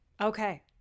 Okay